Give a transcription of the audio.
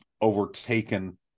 overtaken